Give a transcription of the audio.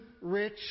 rich